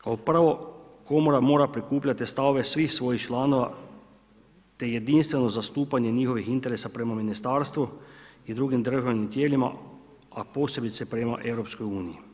Kao prvo, komora mora prikupljati stavove svih svojih članova te jedinstveno zastupanje njihovih interesa prema ministarstvu i drugim državnim tijelima a posebice prema EU.